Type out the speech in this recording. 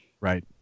Right